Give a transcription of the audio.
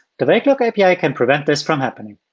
the wake lock api can prevent this from happening.